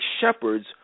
shepherds